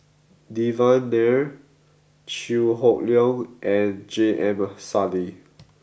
Devan Nair Chew Hock Leong and J M Sali